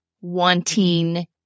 wanting